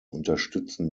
unterstützen